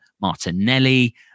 Martinelli